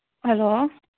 hello